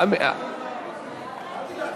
הוא רץ לאט,